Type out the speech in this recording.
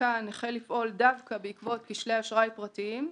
חלקן החל לפעול דווקא בעקבות כשלי אשראי פרטיים,